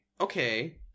Okay